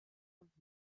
und